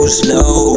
slow